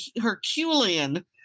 Herculean